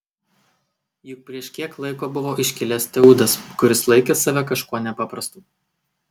juk prieš kiek laiko buvo iškilęs teudas kuris laikė save kažkuo nepaprastu